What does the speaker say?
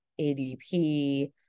ADP